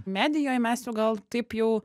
medijoj mes jau gal taip jau